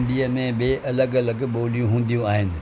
में ॿे अलॻि अलॻि ॿोलियूं हूंदियूं आहिनि